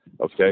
Okay